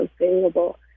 available